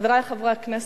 חברי חברי הכנסת,